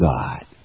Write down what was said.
God